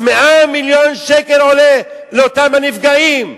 אז 100 מיליון שקל עולה לאותם הנפגעים,